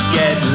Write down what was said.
get